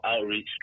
outreach